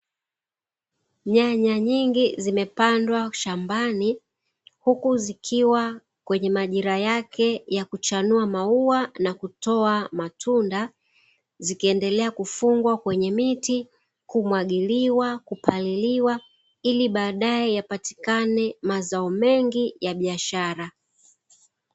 Nyanya nyingi zimepandwa shambani huku zikiwa kwenye majira yake ya kuchanua mauwa na kutoa matunda zikiendelea kufungwa kwenye miti, kumwagiliwa, kupaliliwa ili baadae yapatikane mazao mengi ya biashara.